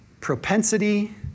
Propensity